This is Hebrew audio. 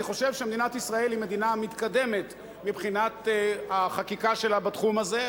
אני חושב שמדינת ישראל היא מדינה מתקדמת מבחינת החקיקה שלה בתחום הזה.